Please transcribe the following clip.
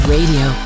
Radio